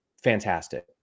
Fantastic